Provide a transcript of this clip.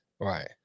Right